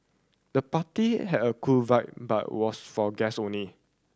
the party had a cool vibe but was for guest only